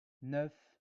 neuf